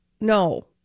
no